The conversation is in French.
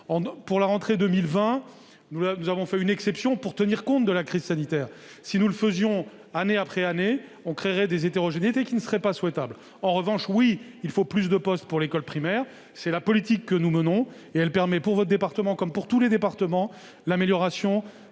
Pour la rentrée 2020, nous avons fait une exception pour tenir compte de la crise sanitaire. Si nous le faisions année après année, nous créerions des hétérogénéités qui ne seraient pas souhaitables. En revanche, c'est vrai, il faut plus de postes pour l'école primaire. C'est la politique que nous menons. Elle permet, pour votre département comme pour tous les autres, l'amélioration